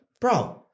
bro